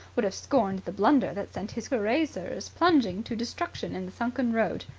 would have scorned the blunder that sent his cuirassiers plunging to destruction in the sunken road.